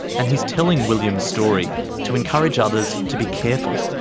and he's telling william's story to encourage others to be careful.